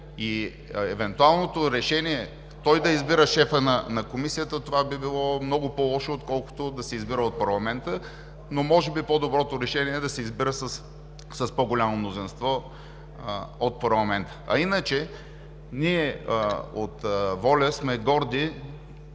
И евентуалното решение той да избира шефа на Комисията би било много по-лошо, отколкото да се избира от парламента, но може би по-доброто решение е да се избира с по-голямо мнозинство от парламента. А иначе ние от ВОЛЯ сме горди,